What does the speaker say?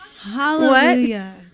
Hallelujah